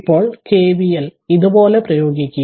ഇപ്പോൾ കെവിഎൽ ഇതുപോലെ പ്രയോഗിക്കുക